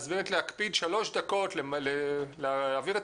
אז באמת להקפיד בשלוש דקות להעביר את